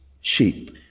sheep